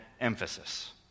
emphasis